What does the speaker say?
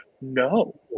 No